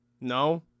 No